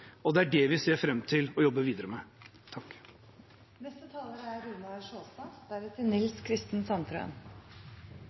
og det er det vi ser fram til å jobbe videre med.